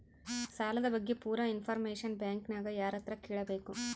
ಸಾಲದ ಬಗ್ಗೆ ಪೂರ ಇಂಫಾರ್ಮೇಷನ ಬ್ಯಾಂಕಿನ್ಯಾಗ ಯಾರತ್ರ ಕೇಳಬೇಕು?